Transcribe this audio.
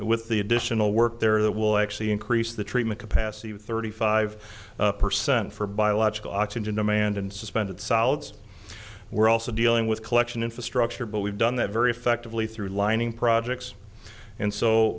for with the additional work there that will actually increase the treatment capacity of thirty five percent for biological oxygen demand and suspended solids we're also dealing with collection infrastructure but we've done that very effectively through lining projects and so